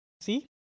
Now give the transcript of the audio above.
see